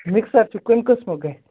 mixer چھُ کمہِ قٕسمُک گژھِ